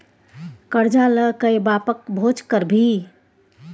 करजा ल कए बापक भोज करभी?